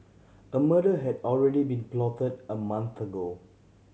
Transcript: a murder had already been plotted a month ago